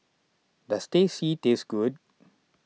does Teh C taste good